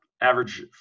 average